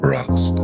Rocks